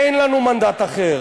אין לנו מנדט אחר.